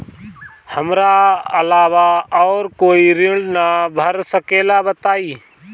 हमरा अलावा और कोई ऋण ना भर सकेला बताई?